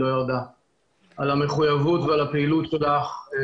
המחוייבות ועל הפעילות שלך.